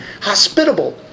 hospitable